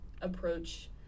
approach